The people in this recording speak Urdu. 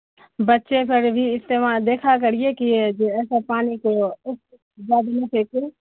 بچے پر بھی استعمال دیکھا کریے کہ یہ سب پانی کو زیادہ نہ پھینکے